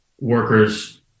workers